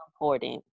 important